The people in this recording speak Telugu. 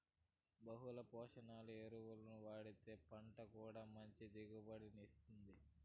బహుళ పోషక ఎరువులు వాడితే పంట కూడా మంచి దిగుబడిని ఇత్తుంది